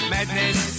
Madness